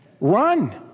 Run